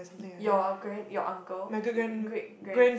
your grand your uncle great grand